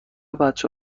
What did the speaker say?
بچه